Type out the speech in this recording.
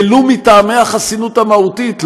ולו מטעמי החסינות המהותית,